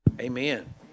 Amen